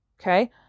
okay